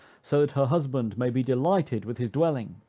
so that her husband may be delighted with his dwelling,